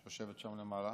שיושבת שם למעלה,